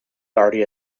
already